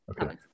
Okay